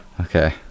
Okay